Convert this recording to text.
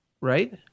right